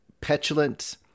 petulant